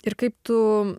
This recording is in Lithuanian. ir kaip tu